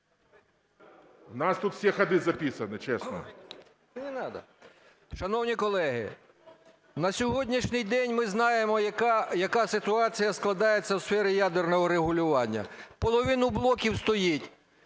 У нас тут все ходы записаны, честно. 12:59:48 БУРМІЧ А.П. Шановні колеги, на сьогоднішній день ми знаємо, яка ситуація складається у сфері ядерного регулювання, половина блоків стоїть,